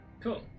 cool